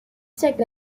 screened